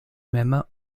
même